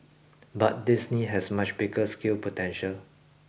but Disney has much bigger scale potential